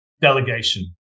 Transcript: delegation